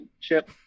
chip